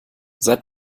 seit